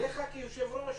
עליך כיושב-ראש,